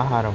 ఆహారం